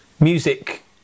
Music